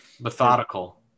methodical